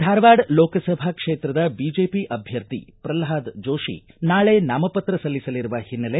ಧಾರವಾಡ ಲೋಕಸಭಾ ಕ್ಷೇತ್ರದ ಬಿಜೆಪಿ ಅಭ್ಯರ್ಥಿ ಪ್ರಲ್ವಾದ ಜೋಶಿ ನಾಳೆ ನಾಮಪತ್ರ ಸಲ್ಲಿಸಲಿರುವ ಹಿನ್ನಲೆ